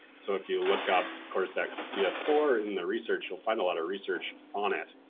so if you look up cordyceps c s four in the research, you'll find a lot of research on it.